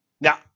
Now